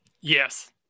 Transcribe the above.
Yes